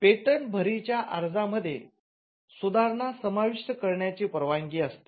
patent अर्जा मध्ये सुधारणा समाविष्ट करण्याची परवानगी असते